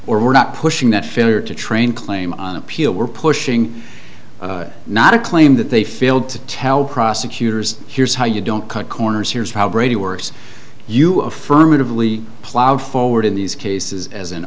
or we're not pushing that failure to train claim appeal we're pushing not a claim that they failed to tell prosecutors here's how you don't cut corners here's how brady worse you affirmatively plowed forward in these cases as an